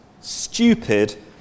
Stupid